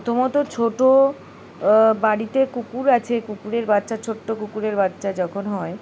প্রথমত ছোটো বাড়িতে কুকুর আছে কুকুরের বাচ্চা ছোট্টো কুকুরের বাচ্চা যখন হয়